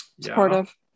supportive